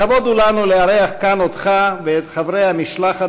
לכבוד הוא לנו לארח כאן אותך ואת חברי המשלחת